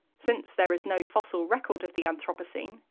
since there is no fossil record of the anthropocene,